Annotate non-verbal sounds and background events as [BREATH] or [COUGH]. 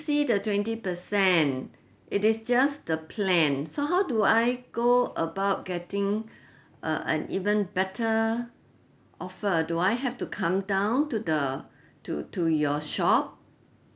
see the twenty percent it is just the plan so how do I go about getting [BREATH] uh an even better offer uh do I have to come down to the to to your shop